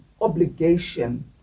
obligation